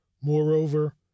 Moreover